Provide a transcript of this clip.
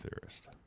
theorist